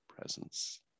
presence